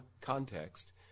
context